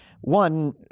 one